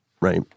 right